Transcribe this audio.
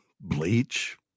bleach